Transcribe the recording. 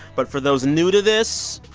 but for those new to this,